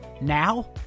Now